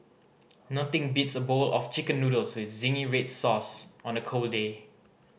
nothing beats a bowl of Chicken Noodles with zingy red sauce on a cold day